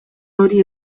hori